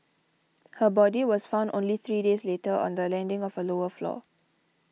her body was found only three days later on the landing of a lower floor